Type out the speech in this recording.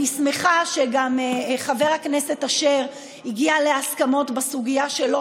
אני שמחה שגם חבר הכנסת אשר הגיע להסכמות בסוגיה שלו,